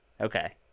okay